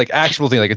like actual thing, like